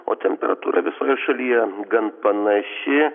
o temperatūra visoje šalyje gan panaši